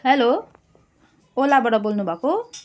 hello ओलाबाट बोल्नु भएको